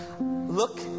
Look